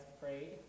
prayed